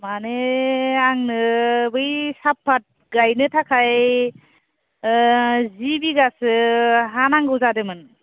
माने आंनो बै साफाथ गायनो थाखाय ओ जि बिगासो हा नांगौ जादोंमोन